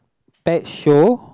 tide show